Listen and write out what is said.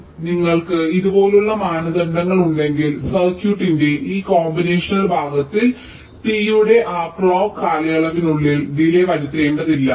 അതിനാൽ നിങ്ങൾക്ക് ഇതുപോലുള്ള മാനദണ്ഡങ്ങൾ ഉണ്ടെങ്കിൽ സർക്യൂട്ടിന്റെ ഈ കോമ്പിനേഷണൽ ഭാഗത്തിന് ടി യുടെ ആ ക്ലോക്ക് കാലയളവിനുള്ളിൽ ഡിലേയ് വരുത്തേണ്ടതില്ല